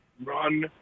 run